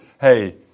hey